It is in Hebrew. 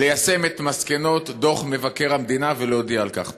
ליישם את מסקנות דוח מבקר המדינה ולהודיע על כך.